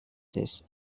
this